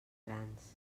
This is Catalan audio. grans